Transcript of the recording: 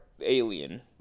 alien